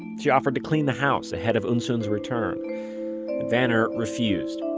she offered to clean the house ahead of eunsoon's return vanner refused.